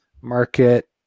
market